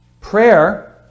prayer